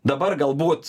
dabar galbūt